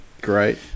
Great